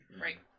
Right